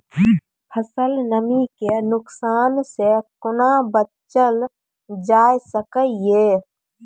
फसलक नमी के नुकसान सॅ कुना बचैल जाय सकै ये?